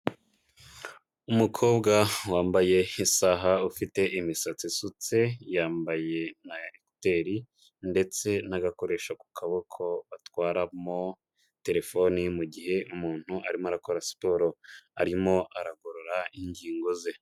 Umukobwa wambaye isaha, ufite imisatsi isutse, yambaye na ekuteri ndetse n'agakoresho ku kaboko batwaramo telefone mu gihe umuntu arimo arakora siporo. Arimo aragorora ingingo ze.